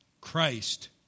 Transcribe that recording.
Christ